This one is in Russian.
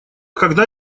когда